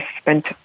spent